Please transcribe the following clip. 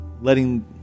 letting